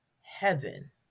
heaven